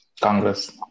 Congress